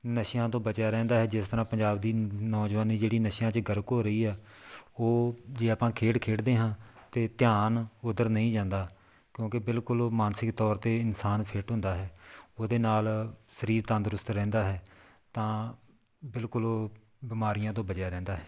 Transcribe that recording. ਨਸ਼ਿਆਂ ਤੋਂ ਬਚਿਆ ਰਹਿੰਦਾ ਹੈ ਜਿਸ ਤਰ੍ਹਾਂ ਪੰਜਾਬ ਦੀ ਨੌਜਵਾਨੀ ਜਿਹੜੀ ਨਸ਼ਿਆਂ 'ਚ ਗਰਕ ਹੋ ਰਹੀ ਆ ਉਹ ਜੇ ਆਪਾਂ ਖੇਡ ਖੇਡਦੇ ਹਾਂ ਤਾਂ ਧਿਆਨ ਉੱਧਰ ਨਹੀਂ ਜਾਂਦਾ ਕਿਉਂਕਿ ਬਿਲਕੁਲ ਉਹ ਮਾਨਸਿਕ ਤੌਰ 'ਤੇ ਇਨਸਾਨ ਫਿੱਟ ਹੁੰਦਾ ਹੈ ਉਹਦੇ ਨਾਲ ਸਰੀਰ ਤੰਦਰੁਸਤ ਰਹਿੰਦਾ ਹੈ ਤਾਂ ਬਿਲਕੁਲ ਉਹ ਬਿਮਾਰੀਆਂ ਤੋਂ ਬਚਿਆ ਰਹਿੰਦਾ ਹੈ